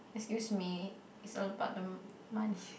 excuse me it's all about the money